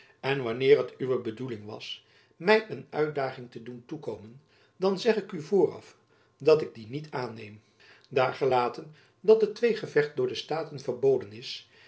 en wanneer het uwe bedoeling was my een uitdaging te doen toekomen dan zeg ik u vooraf dat ik die niet aanneem daargelaten dat het tweegevecht door de staten verboden is